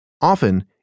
Often